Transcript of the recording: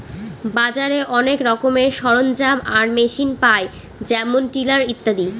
বাজারে অনেক রকমের সরঞ্জাম আর মেশিন পায় যেমন টিলার ইত্যাদি